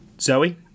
Zoe